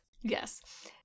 Yes